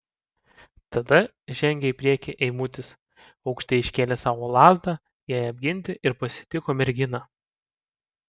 tada žengė į priekį eimutis aukštai iškėlęs savo lazdą jai apginti ir pasitiko merginą